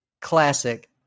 classic